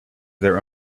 their